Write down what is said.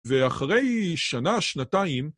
ואחרי שנה-שנתיים...